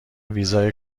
ویزای